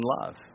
love